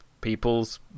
peoples